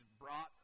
brought